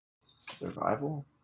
survival